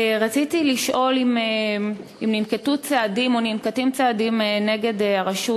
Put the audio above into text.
רציתי לשאול: האם ננקטו צעדים או ננקטים צעדים נגד הרשות